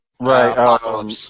Right